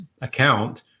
account